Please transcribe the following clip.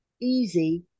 easy